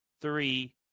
three